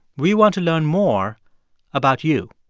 we want to learn more about you.